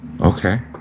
Okay